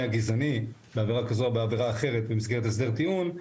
הגזעני בעבירה כזו או בעבירה אחרת במסגרת הסדר טיעון,